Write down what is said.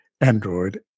Android